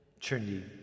Trinity